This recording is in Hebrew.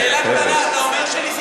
שאלה קטנה: אתה אומר שניסיתם לקדם.